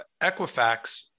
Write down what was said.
Equifax